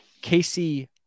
Casey